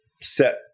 set